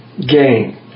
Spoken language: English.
gain